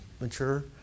mature